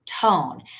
tone